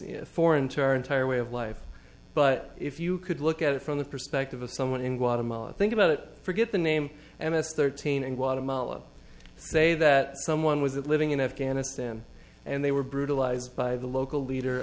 seems for into our entire way of life but if you could look at it from the perspective of someone in guatemala think about it forget the name m s thirteen and guatemala say that someone was living in afghanistan and they were brutalized by the local leader